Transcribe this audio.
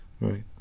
Right